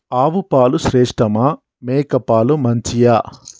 ఆవు పాలు శ్రేష్టమా మేక పాలు మంచియా?